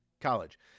college